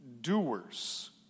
doers